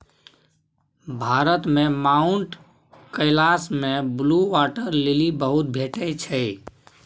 भारत मे माउंट कैलाश मे blue water lily बहुत भेटै छै